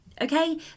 Okay